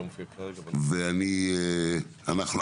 אנחנו